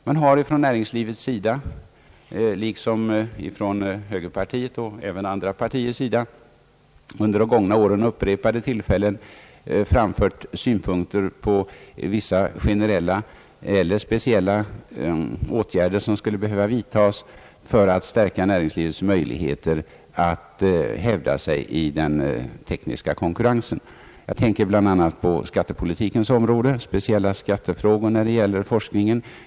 Man har från näringslivets sida liksom från högerpartiets och även från andra partiers sida under de gångna åren vid upprepade tillfällen framfört synpunkter på vissa generella eller speciella åtgärder som skulle behöva vidias för att stärka näringslivets möjligheter att hävda sig i den tekniska konkurrensen. Jag tänker bland annat på speciella skattefrågor när det gäller forskning.